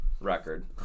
record